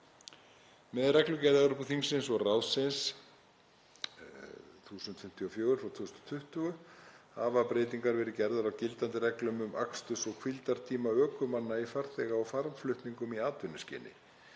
Með reglugerð Evrópuþingsins og ráðsins nr. 1054/2020 hafa breytingar verið gerðar á gildandi reglum um aksturs- og hvíldartíma ökumanna í farþega- og farmflutningum í atvinnuskyni.